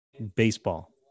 Baseball